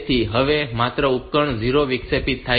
તેથી અહીં માત્ર ઉપકરણ 0 વિક્ષેપિત થાય છે